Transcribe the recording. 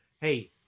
hey